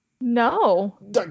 No